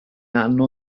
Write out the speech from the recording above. hanno